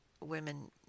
women